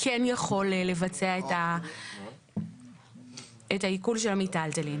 כן יכול לבצע את העיקול של המיטלטלין.